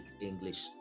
English